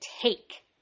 take